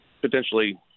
potentially